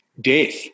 death